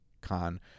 con